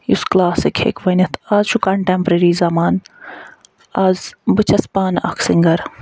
یُس کلاسک ہیٚکہِ ؤنِتھ آز چھُ کَنٹیٚمپریٚری زمان آز بہٕ چھَس پانہٕ اکھ سِنگر